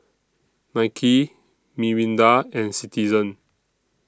Nike Mirinda and Citizen